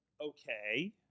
Okay